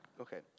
Okay